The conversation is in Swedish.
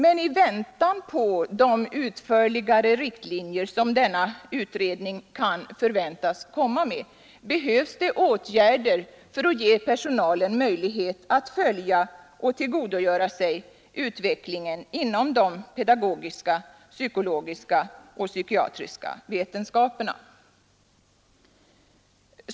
Men i väntan på de utförligare riktlinjer som denna utredning kan förväntas komma med behövs åtgärder för att ge personalen möjlighet att följa och tillgodogöra sig utvecklingen inom de pedagogiska, psykologiska och psykiatriska vetenskaperna.